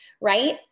right